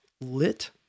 lit